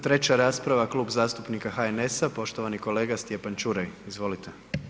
Treća rasprava Klub zastupnika HNS-a poštovani kolega Stjepan Čuraj, izvolite.